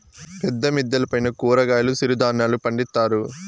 పెద్ద మిద్దెల పైన కూరగాయలు సిరుధాన్యాలు పండిత్తారు